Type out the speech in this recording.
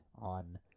on